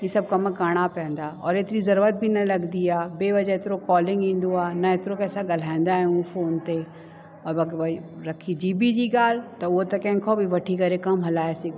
हीअ सभु कमु करिणा पवंदा और एतिरी ज़रूरत बि न लगंदी आहे बेवजा एतिरो कॉलिंग ईंदो आहे न एतिरो कंहिं सां ॻाल्हाईंदा आहियूं फोन ते अ बाक़ी भई रखी जी बी जी ॻाल्हि त हूअ त कंहिंखो बि वठी करे कम हलाए सघबो आहे